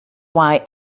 why